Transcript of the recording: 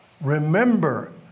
remember